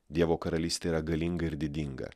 dievo karalystė yra galinga ir didinga